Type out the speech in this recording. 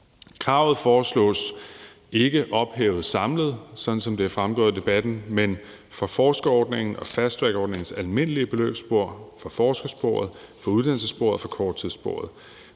Kravet foreslås ikke ophævet samlet, sådan som det er fremgået af debatten, men for forskerordningen og fasttrackordningens almindelige beløbsspor, for forskersporet, for uddannelsessporet og for korttidssporet.